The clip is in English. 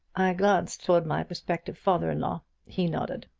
i glanced toward my prospective father-in-law. he nodded.